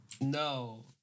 No